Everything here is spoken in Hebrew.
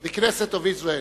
the Knesset of Israel.